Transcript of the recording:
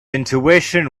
intuition